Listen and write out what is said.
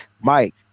Mike